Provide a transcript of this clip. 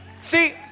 See